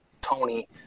Tony